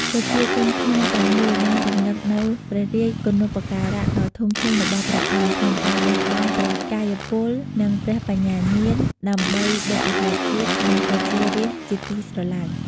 ប្រជាជនខ្មែរទាំងមូលបានរម្លឹកនូវព្រះរាជគុណូបការៈដ៏ធំធេងរបស់ព្រះអង្គ ក្នុងការលះបង់ព្រះកាយពល និងព្រះបញ្ញាញាណ ដើម្បីបុព្វហេតុជាតិ និងប្រជារាស្ត្រជាទីស្រឡាញ់។